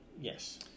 Yes